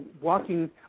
walking